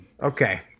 Okay